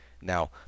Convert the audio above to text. Now